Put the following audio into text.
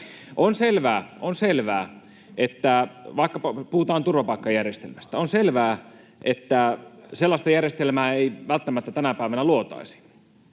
keskenämme. Kun puhutaan turvapaikkajärjestelmästä, on selvää, että sellaista järjestelmää ei välttämättä tänä päivänä luotaisi,